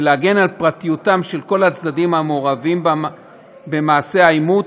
ולהגן על פרטיותם של כל הצדדים המעורבים במעשה האימוץ,